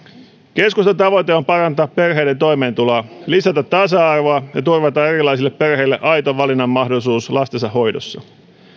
keskustan tavoite on parantaa perheiden toimeentuloa lisätä tasa arvoa ja turvata erilaisille perheille aito valinnan mahdollisuus lastensa hoidossa